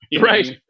Right